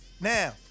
now